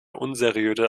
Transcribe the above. unseriöse